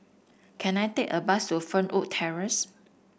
can I take a bus to Fernwood Terrace